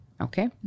Okay